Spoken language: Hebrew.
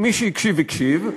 מי שהקשיב הקשיב,